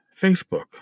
Facebook